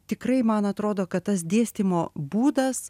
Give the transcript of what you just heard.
tikrai man atrodo kad tas dėstymo būdas